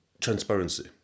Transparency